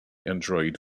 android